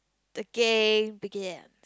the game began